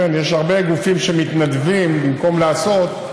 כן, יש הרבה גופים שבמקום לעשות,